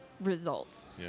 results